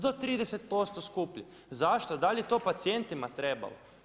Do 30% skupljih, zašto da li je to pacijentima trebalo?